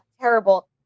terrible